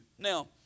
Now